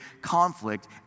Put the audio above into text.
conflict